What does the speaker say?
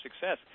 success